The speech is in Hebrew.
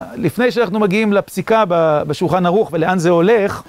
לפני שאנחנו מגיעים לפסיקה בשולחן ערוך ולאן זה הולך,